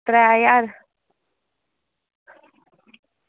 त्रैऽ ज्हार